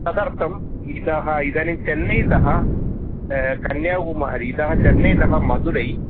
तदर्थम् इतः इदानीं चेन्नै तः कन्याकुमारी इतः चेन्नैतः मधुरै